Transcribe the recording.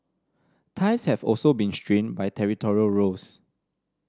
ties have also been strained by territorial rows